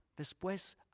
Después